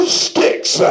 sticks